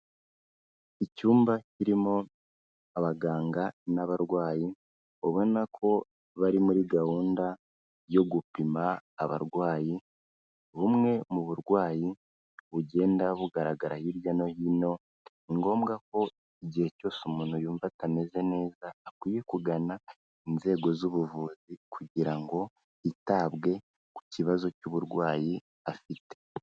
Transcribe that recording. Icyumba kirimo abaganga n'abarwayi ubonako bari muri gahunda yo gupima abarwayi bumwe mu burwayi bugenda bugaragara hirya no hino, ni ngombwa ko igihe cyose umuntu yumva atameze neza akwiye kugana inzego z'ubuvuzi kugira ngo yitabwe ku kibazo cy'uburwayi afite.